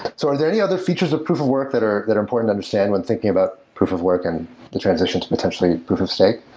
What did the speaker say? so are there any other features of proof of work that are that are important to understand when thinking about proof of work and the transition to potentially proof of stake?